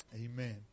Amen